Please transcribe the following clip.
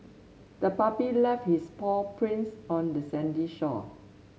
the puppy left its paw prints on the sandy shore